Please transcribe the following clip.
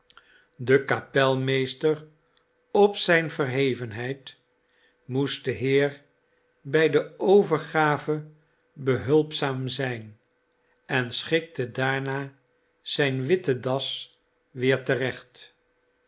de kapelmeester op zijn verhevenheid moest den heer bij de overgave behulpzaam zijn en schikte daarna zijn witte das weer terecht